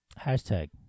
Hashtag